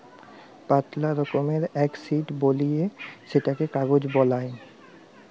পাতলা রকমের এক শিট বলিয়ে সেটকে কাগজ বালাই